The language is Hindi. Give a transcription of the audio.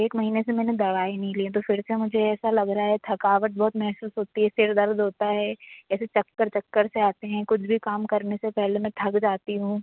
एक महीने से मैंने दवाई नहीं ली है तो फिर से मुझे ऐसा लग रहा है थकावट बहुत महसूस होती है सिर दर्द होता है ऐसे चक्कर चक्कर से आते हैं कुछ भी काम करने से पहले मैं थक जाती हूँ